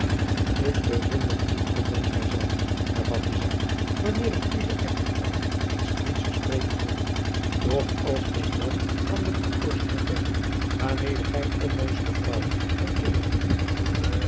ik bewonder u ondanks mij zelve hervatte zij wanneer ik u de echte taal eens priesters spreken hoor doch als ik dan aan de bloeddorst herdenk waarmede gij onnoozele vrouwen en kinderen